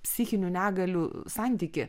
psichinių negalių santykį